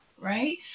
Right